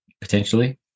potentially